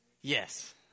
Yes